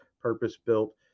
purpose-built